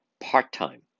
part-time